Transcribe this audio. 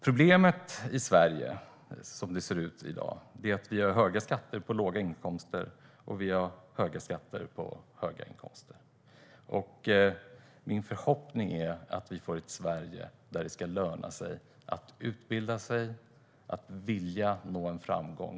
Problemet i Sverige, som det ser ut i dag, är att vi har höga skatter på låga inkomster och höga skatter på höga inkomster. Min förhoppning är att vi får ett Sverige där det ska löna sig att utbilda sig, att vilja nå framgång.